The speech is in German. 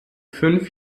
fünf